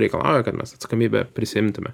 reikalauja kad mes atsakomybę prisiimtume